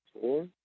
four